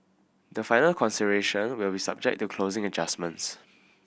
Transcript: the final consideration will be subject to closing adjustments